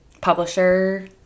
publisher